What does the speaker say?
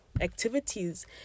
activities